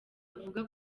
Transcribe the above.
avuga